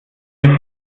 frau